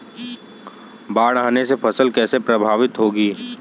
बाढ़ आने से फसल कैसे प्रभावित होगी?